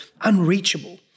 unreachable